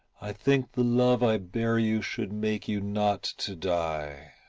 i think the love i bear you should make you not to die.